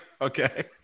Okay